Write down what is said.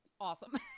awesome